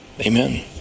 amen